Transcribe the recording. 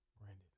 Brandon